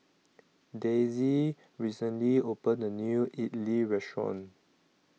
Dayse recently opened A New Idly Restaurant